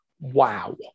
Wow